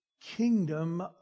kingdom